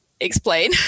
explain